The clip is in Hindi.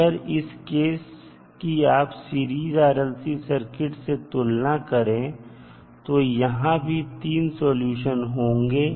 अगर इस केस की आप सीरीज RLC सर्किट से तुलना करें तो यहां भी 3 सॉल्यूशन होंगे